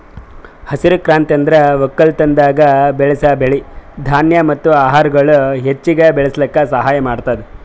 ಹಸಿರು ಕ್ರಾಂತಿ ಅಂದುರ್ ಒಕ್ಕಲತನದಾಗ್ ಬೆಳಸ್ ಬೆಳಿ, ಧಾನ್ಯ ಮತ್ತ ಆಹಾರಗೊಳ್ ಹೆಚ್ಚಿಗ್ ಬೆಳುಸ್ಲುಕ್ ಸಹಾಯ ಮಾಡ್ತುದ್